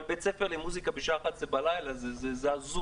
אבל בית ספר למוזיקה בשעה 23:00 זה הזוי.